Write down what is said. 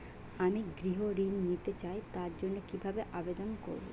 আমি গৃহ ঋণ নিতে চাই তার জন্য কিভাবে আবেদন করব?